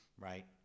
Right